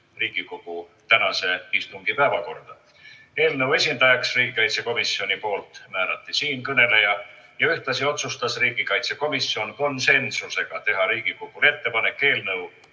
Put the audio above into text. Riigikogu tänase istungi päevakorda. Eelnõu riigikaitsekomisjoni esindajaks määrati siinkõneleja ja ühtlasi otsustas riigikaitsekomisjon konsensusega teha Riigikogule ettepaneku eelnõu